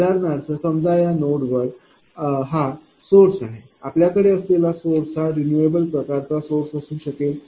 उदाहरणार्थ समजा या नोड वर हा सोर्स आहेआपल्याकडे असलेला सोर्स हा रिन्युएबल प्रकारचा सोर्स असू शकेल